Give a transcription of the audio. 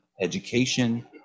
education